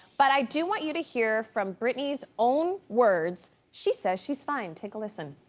but i do want you to hear from britney's own words. she says she's fine. take a listen.